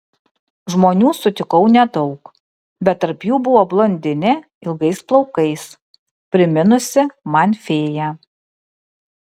žmonių sutikau nedaug bet tarp jų buvo blondinė ilgais plaukais priminusi man fėją